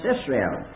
Israel